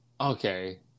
Okay